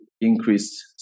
increased